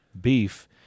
beef